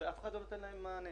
ואף אחד לא נותן להם מענה.